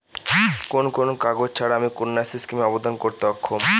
কোন কোন কাগজ ছাড়া আমি কন্যাশ্রী স্কিমে আবেদন করতে অক্ষম?